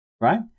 right